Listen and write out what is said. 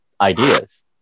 ideas